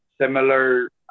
similar